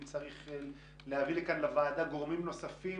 או אם צריך להביא לוועדה גורמים נוספים